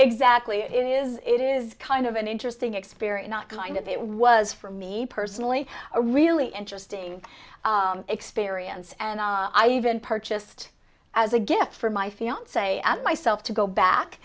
exactly it is it is kind of an interesting experience not kind of it was for me personally a really interesting experience and i even purchased as a gift for my fiance and myself to go back